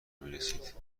میرسید